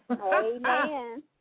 Amen